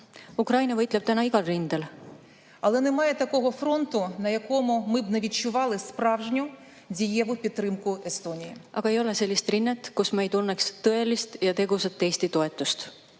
Ukraina võitleb täna igal rindel. Aga ei ole sellist rinnet, kus me ei tunneks tõelist ja tegusat Eesti toetust.